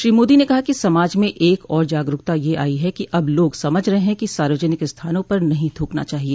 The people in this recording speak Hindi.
श्री मोदी ने कहा कि समाज में एक और जागरूकता यह आई है कि अब लाग समझ रहे हैं कि सार्वजनिक स्थानों पर नहीं थूकना चाहिए